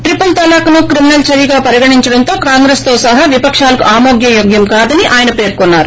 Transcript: triple తలాక్ను criminal చర్యగా పరిగణించడం కాంగ్రెస్ సహా విపకాలకు ఆమోదయోగ్యం కాదని ఆయన పేర్కొన్నారు